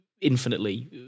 infinitely